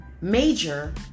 major